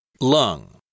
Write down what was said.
Lung